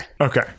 okay